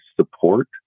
support